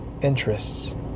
interests